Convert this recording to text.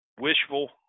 wishful